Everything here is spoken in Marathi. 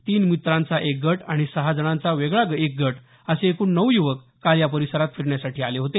तीन मित्रांचा एक गट आणि सहा जणांचा वेगळा एक गट असे एकूण नऊ युवक काल या परिसरात फिरण्यासाठी आले होते